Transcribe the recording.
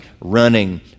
running